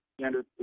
standard